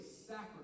sacrifice